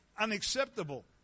unacceptable